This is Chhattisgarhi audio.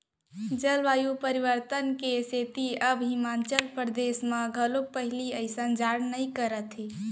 जलवायु परिवर्तन के सेती अब हिमाचल परदेस म घलोक पहिली असन जाड़ नइ करत हे